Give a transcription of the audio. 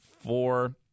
four